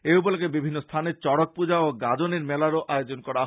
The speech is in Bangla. এ উপলক্ষে বিভিন্ন স্থানে চড়ক পৃজা ও গাজনের মেলার আয়োজন করা হয়